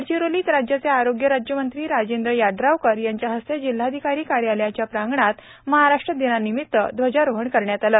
गडचिरोलीत राज्याचे आरोग्य राज्यमंत्री राजेंद्र यड्रावकर यांच्या हस्ते जिल्हाधिकारी कार्यालयाच्या प्रांगणात महाराष्ट्र दिनानिमित ध्वजारोहण करण्यात आले